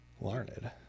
Larned